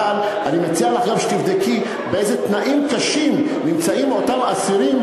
אבל אני מציע לך גם שתבדקי באיזה תנאים קשים נמצאים אותם אסירים,